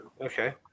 Okay